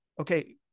okay